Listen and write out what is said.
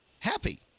happy